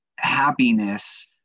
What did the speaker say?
happiness